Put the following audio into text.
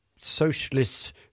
socialists